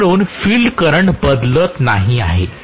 म्हणून field current बदलत नाही आहे